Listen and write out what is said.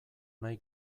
nahi